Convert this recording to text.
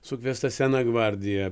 sukviesta sena gvardija